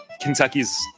Kentucky's